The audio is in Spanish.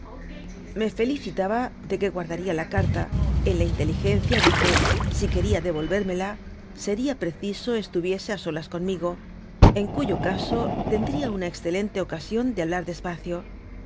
me felicitaba de que guardariala carta en la inteligencia de que si quería devolvérmela seria preciso estuviese á solas conmigo en cuyo caso tendría una excelente ocasión de hablar